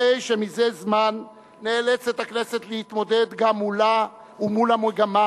הרי שזה זמן הכנסת נאלצת להתמודד מולה ומול המגמה